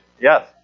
Yes